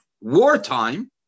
wartime